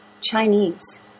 Chinese